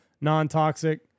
non-toxic